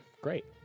Great